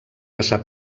passar